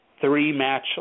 three-match